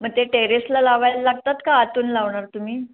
मग ते टेरेसला लावायला लागतात का आतून लावणार तुम्ही